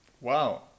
Wow